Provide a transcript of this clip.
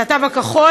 זה התו הכחול,